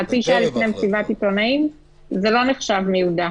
חצי שעה לפני מסיבת עיתונאים זה לא נחשב מיודע.